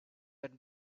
and